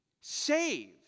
saved